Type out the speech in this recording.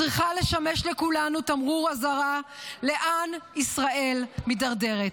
וצריכה לשמש לכולנו תמרור אזהרה לאן ישראל מידרדרת.